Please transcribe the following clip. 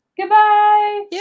Goodbye